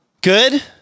Good